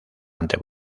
ante